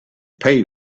pay